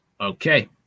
Okay